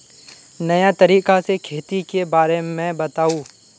नया तरीका से खेती के बारे में बताऊं?